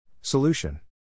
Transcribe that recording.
Solution